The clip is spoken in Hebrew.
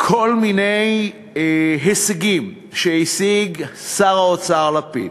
כל מיני הישגים שהשיג שר האוצר לפיד,